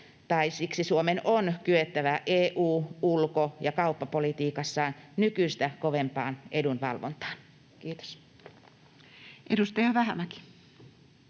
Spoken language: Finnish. Siksi Suomen on kyettävä EU‑, ulko‑ ja kauppapolitiikassaan nykyistä kovempaan edunvalvontaan. — Kiitos. [Speech